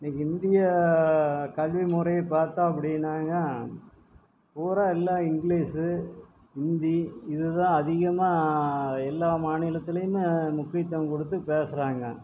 India கல்விமுறை பார்த்தோம் அப்படினாங்க பூரா எல்லாம் இங்கிலீஷு ஹிந்தி இதுதான் அதிகமாக எல்லா மாநிலத்துலையுமே முக்கியத்துவம் கொடுத்து பேசுறாங்க